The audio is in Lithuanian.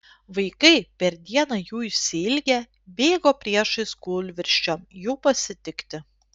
vaikai per dieną jų išsiilgę bėgo priešais kūlvirsčiom jų pasitikti